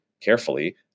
carefully